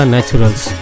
Naturals